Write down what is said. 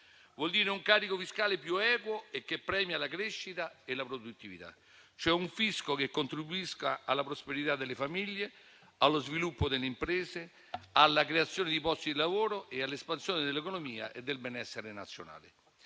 vuol dire un carico fiscale più equo, che premia la crescita e la produttività, cioè un fisco che contribuisca alla prosperità delle famiglie, allo sviluppo delle imprese, alla creazione di posti di lavoro e all'espansione dell'economia e del benessere nazionali.